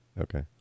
Okay